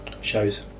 Shows